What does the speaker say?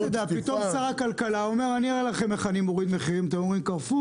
פתאום שר הכלכלה אומר: אני אראה לכם איך אני מוריד מחירים קרפור?